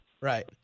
Right